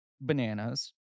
bananas